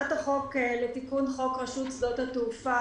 הצעת החוק לתיקון חוק רשות שדות התעופה